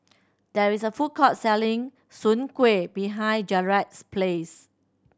there is a food court selling Soon Kuih behind Jaret's Place